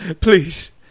Please